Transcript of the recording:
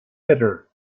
hitter